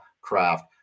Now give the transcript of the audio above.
Craft